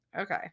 okay